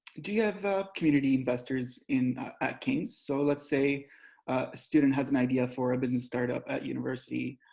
do you have community investors in at king's? so let's say, a student has an idea for a business startup at university.